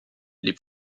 les